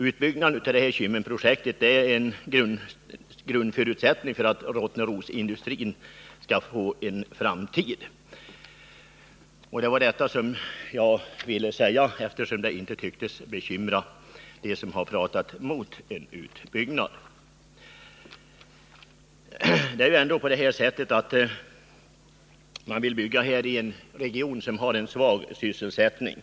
Utbyggnaden av Kymmenprojektet är en grundförutsättning för att Rottnerosindustrin skall få en framtid. Det var detta jag ville påpeka, eftersom det inte tycks bekymra dem som har talat emot en utbyggnad. Det är ändå så att man vill bygga i en region som har svag sysselsättning.